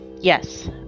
Yes